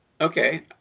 Okay